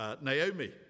Naomi